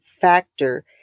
factor